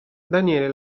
daniele